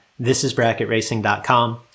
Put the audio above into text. ThisIsBracketRacing.com